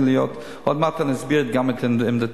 עוד מעט אני אסביר את עמדתי.